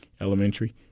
elementary